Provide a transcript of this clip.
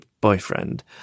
boyfriend